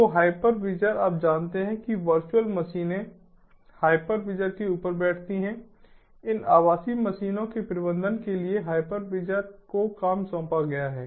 तो हाइपरविजर आप जानते हैं कि वर्चुअल मशीनें हाइपरविजर के ऊपर बैठती हैं इन आभासी मशीनों के प्रबंधन के लिए हाइपरविजर को काम सौंपा गया है